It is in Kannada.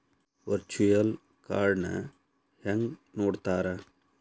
ವರ್ಚುಯಲ್ ಕಾರ್ಡ್ನ ಹೆಂಗ್ ನೋಡ್ತಾರಾ?